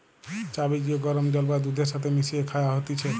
চা বীজকে গরম জল বা দুধের সাথে মিশিয়ে খায়া হতিছে